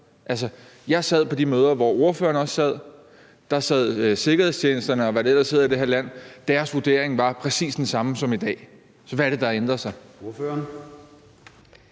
jeg sad i de møder, som ordføreren også sad i. Der sad sikkerhedstjenesterne, og hvad det ellers hedder i det her land, og deres vurdering var præcis den samme som i dag. Så hvad er det, der har ændret sig? Kl.